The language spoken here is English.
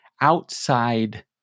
outside